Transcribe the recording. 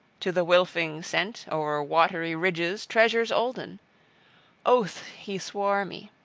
to the wylfings sent, o'er watery ridges, treasures olden oaths he swore me.